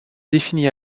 définit